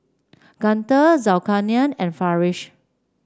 Guntur Zulkarnain and Farish